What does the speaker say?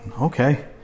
okay